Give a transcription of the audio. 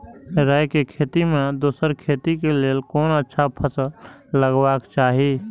राय के खेती मे दोसर खेती के लेल कोन अच्छा फसल लगवाक चाहिँ?